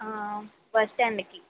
bus stand కి